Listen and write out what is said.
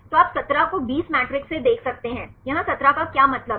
तो आप 17 को 20 मैट्रिक्स से देख सकते हैं यहां 17 का क्या मतलब है